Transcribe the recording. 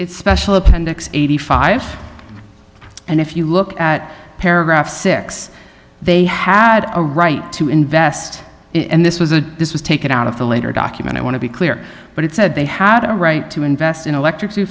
it special appendix eighty five dollars and if you look at paragraph six they had a right to invest it and this was a this was taken out of the later document i want to be clear but it said they had a right to invest in electric